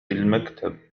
المكتب